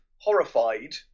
horrified